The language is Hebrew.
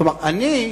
כלומר, אני,